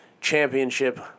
championship